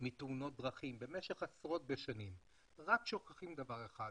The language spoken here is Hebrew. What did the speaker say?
בתאונות דרכים אבל שוכחים דבר אחד.